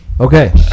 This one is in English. okay